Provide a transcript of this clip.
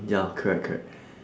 ya correct correct